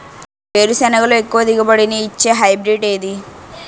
వేరుసెనగ లో ఎక్కువ దిగుబడి నీ ఇచ్చే హైబ్రిడ్ ఏది?